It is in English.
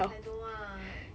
I don't want